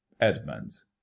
Edmunds